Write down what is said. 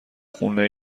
خونه